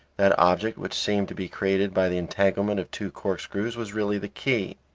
that object which seemed to be created by the entanglement of two corkscrews was really the key.